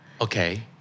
Okay